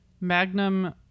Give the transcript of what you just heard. Magnum